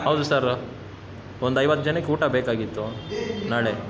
ಹೌದು ಸರ್ ಒಂದು ಐವತ್ತು ಜನಕ್ಕೆ ಊಟ ಬೇಕಾಗಿತ್ತು ನಾಳೆ